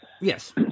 Yes